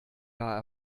gar